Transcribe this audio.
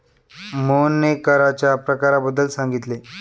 मोहनने कराच्या प्रकारांबद्दल सांगितले